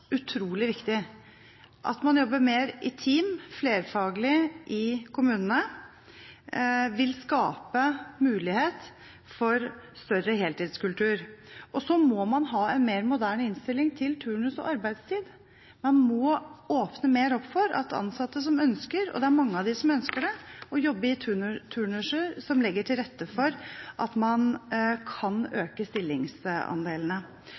utrolig viktige. At man jobber mer i team, flerfaglig, i kommunene, vil skape mulighet for større heltidskultur. Og så må man ha en mer moderne innstilling til turnus- og arbeidstid. Man må åpne mer opp for at ansatte som ønsker det – og det er mange av dem – kan jobbe i turnuser som legger til rette for at man kan